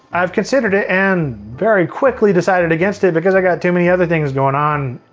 i've considered it and very quickly decided against it because i got too many other things going on.